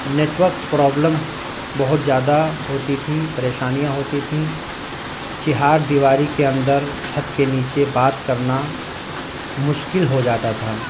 network problem بہت زیادہ ہوتی تھی پریشانیاں ہوتی تھی چار دیواری کے اندر چھت کے نیچے بات کرنا مشکل ہو جاتا تھا